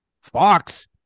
Fox